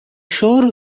sure